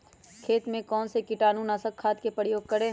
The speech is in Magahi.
खेत में कौन से कीटाणु नाशक खाद का प्रयोग करें?